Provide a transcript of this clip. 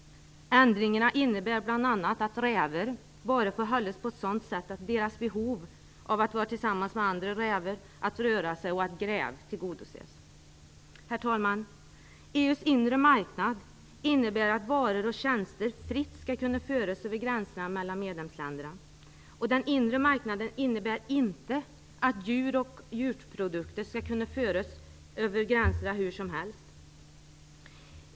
Ändringarna innebär bl.a. att rävar bara får hållas på sådant sätt att deras behov av att vara tillsammans med andra rävar, av att röra sig och av att gräva tillgodoses. Herr talman! EU:s inre marknad innebär att varor och tjänster fritt skall kunna föras över gränserna mellan medlemsländerna. Den inre marknaden innebär inte att djur och djurprodukter skall kunna föras över gränserna hur som helst.